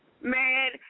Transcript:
Man